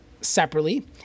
separately